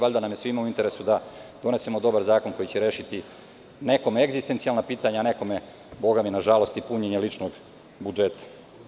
Valjda nam je svima u interesu da donesemo dobar zakon koji će rešiti nekom egzistencijalno pitanje, a nekome bogami, nažalost, i punjenje ličnog budžeta.